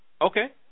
okay